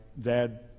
dad